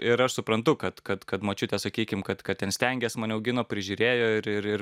ir aš suprantu kad kad kad močiutė sakykime kad kad ten stengėsi mane augino prižiūrėjo ir ir ir